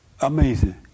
Amazing